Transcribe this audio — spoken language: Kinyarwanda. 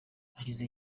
hashize